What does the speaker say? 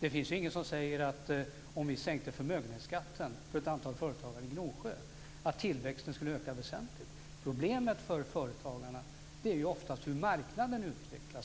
Det finns inget som säger att tillväxten skulle öka väsentligt om vi sänkte förmögenhetsskatten för ett antal företagare i Gnosjö. Problemet för företagarna är oftast hur marknaden utvecklas.